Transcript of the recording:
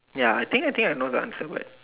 ya I think I think I know the answer but